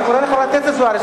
אני קורא לחברת הכנסת זוארץ,